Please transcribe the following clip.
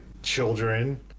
Children